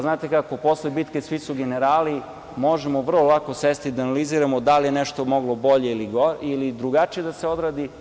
Znate kako, posle bitke svi su generali, možemo vrlo lako sesti da analiziramo da li je nešto moglo bolje ili drugačije da se odradi.